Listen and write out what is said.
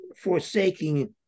forsaking